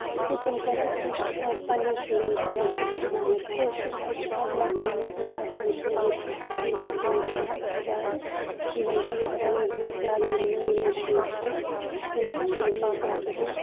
تہٕ تِم کرن کوٗشش پَنٕنین شُرین تہِ کٲشُر ہیٚچھناوُن کٲشُر حظ چھُ آز موکلیمٕژ وۄنۍ زَبان یہِ چھنہٕ ییٚتہِ تہ کٔشیٖر منٛز تہِ وۄنۍ چلان زیادٕ کہینۍ وۄنۍ چھُ ییٚتہِ تہِ لوٚگمُت زیادٕ یِم نٔے نٔے شُرۍ چھِ تِم حظ چھِ لٔگمٕتۍ زیادٕ وۄنۍ